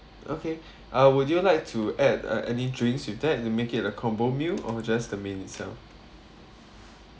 okay uh would you like to add uh any drinks with that you make it a combo meal or just the main itself